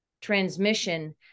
transmission